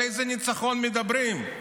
על איזה ניצחון מדברים?